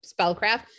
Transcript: spellcraft